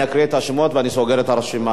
אדוני, תודה רבה.